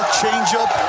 changeup